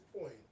point